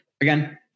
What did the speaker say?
again